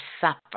suffer